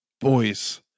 boys